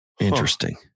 Interesting